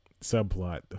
subplot